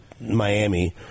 Miami